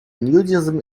nudism